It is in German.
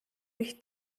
ich